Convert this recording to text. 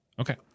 Okay